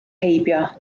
heibio